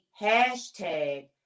hashtag